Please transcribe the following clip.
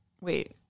Wait